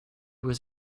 was